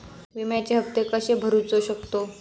विम्याचे हप्ते कसे भरूचो शकतो?